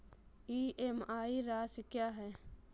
EMI राशि क्या है?